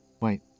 Wait